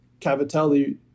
cavatelli